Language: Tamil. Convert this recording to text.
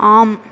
ஆம்